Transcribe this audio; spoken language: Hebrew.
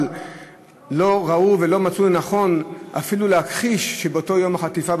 אבל לא ראו ולא מצאו לנכון אפילו להכחיש שבאותו יום החטיפה,